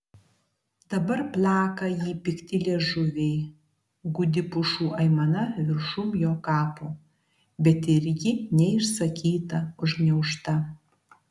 dabar plaka jį pikti liežuviai gūdi pušų aimana viršum jo kapo bet ir ji neišsakyta užgniaužta